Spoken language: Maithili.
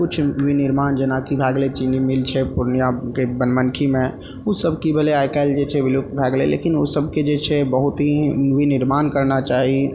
किछु विनिर्माण जेना कि भए गेलय चीनी मिल छै पूर्णियाँके बनमनखीमे उसब की भेलय आइ काल्हि जे छै विलुप्त भए गेलय लेकिन ओसबके जे छै बहुत ही विनिर्माण करना चाही